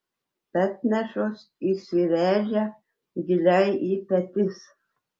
petnešos įsiręžia giliai į petis